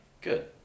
Good